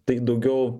tai daugiau